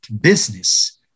business